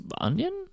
onion